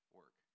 work